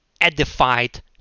edified